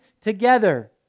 together